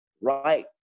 right